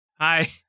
Hi